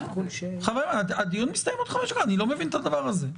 אני לא מבין את הדבר הזה.